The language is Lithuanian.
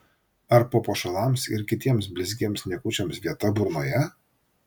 ar papuošalams ir kitiems blizgiems niekučiams vieta burnoje